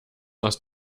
aus